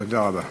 תודה רבה.